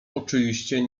oczywiście